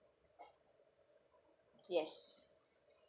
yes